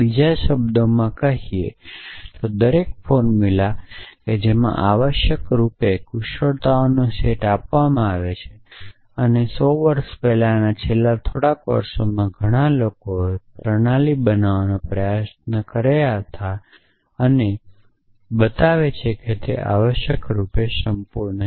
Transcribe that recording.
બીજા શબ્દોમાં કહીએ તો દરેક ફોર્મુલા કે જેમાં આવશ્યક રૂપે કુશળતાઓનો સેટ આપવામાં આવે છે અને સો વર્ષ પહેલાંના છેલ્લા થોડા વર્ષોમાં ઘણા લોકો તર્ક પ્રણાલીઓ બનાવવાનો પ્રયાસ કરી રહ્યા હતા અને બતાવે છે કે તેઓ આવશ્યકરૂપે સંપૂર્ણ છે